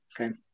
okay